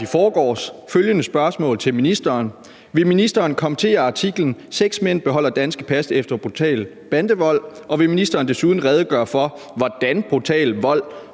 i forgårs følgende spørgsmål til ministeren: Vil ministeren kommentere artiklen »Seks mænd beholder danske pas efter brutal bandevold«? Og vil ministeren desuden redegøre for, hvorfor brutal vold